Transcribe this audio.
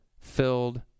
filled